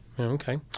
Okay